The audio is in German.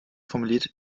formuliert